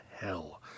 hell